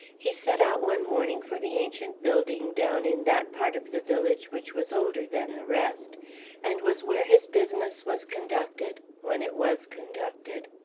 he set out one morning for the ancient building down in that part of the village which was older than the rest and was where his business was conducted when it was conducted.